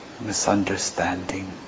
misunderstanding